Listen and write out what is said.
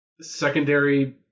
secondary